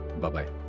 Bye-bye